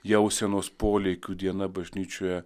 jausenos polėkių diena bažnyčioje